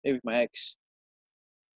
eh with my ex